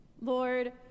Lord